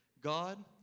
God